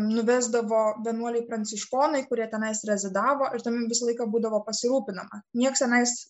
nuvesdavo vienuoliai pranciškonai kurie tenais rezidavo ir ten visą laiką būdavo pasirūpinama nieks tenais